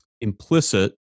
implicit